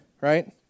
right